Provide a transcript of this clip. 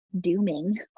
dooming